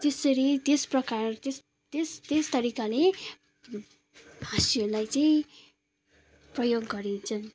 त्यसरी त्यस प्रकार त्यस त्यस त्यस तरिकाले हाँस्योलाई चाहिँ प्रयोग गरिन्छ